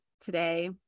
today